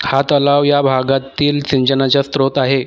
हा तलाव या भागातील सिंचनाच्या स्रोत आहे